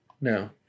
No